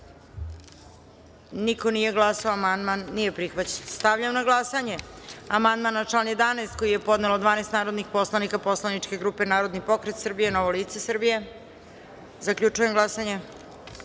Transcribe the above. niko nije glasao. Amandman nije prihvaćen. Stavljam na glasanje amandman na član 5. koji je podnelo 12 narodnih poslanika poslaničke grupe Narodni pokret Srbije – Novo lice Srbije. Zaključujem glasanje